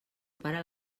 pare